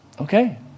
okay